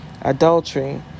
Adultery